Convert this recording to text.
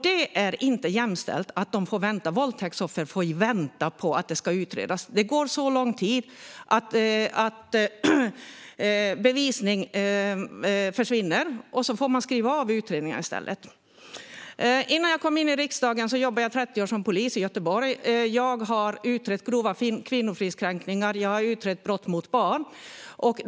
Det är inte jämställt att våldtäktsoffer får vänta på att våldtäkterna ska utredas. Det går så lång tid att bevisning försvinner, och man får skriva av utredningar. Innan jag kom in i riksdagen jobbade jag 30 år som polis i Göteborg. Jag har utrett grova kvinnofridskränkningar, och jag har utrett brott mot barn.